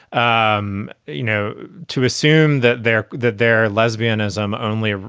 um you know, to assume that they're that they're lesbianism only ah